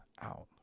out